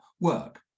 work